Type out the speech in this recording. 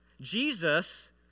Jesus